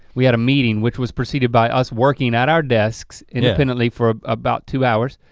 we had a meeting which was proceeded by us working at our desks independently for about two hours,